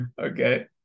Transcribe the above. okay